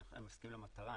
אני מסכים למטרה,